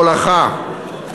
הולכה,